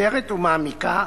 מסודרת ומעמיקה,